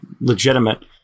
legitimate